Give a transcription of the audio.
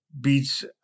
Beats